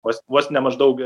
vos vos ne maždaug